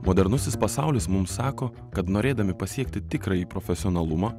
modernusis pasaulis mums sako kad norėdami pasiekti tikrąjį profesionalumą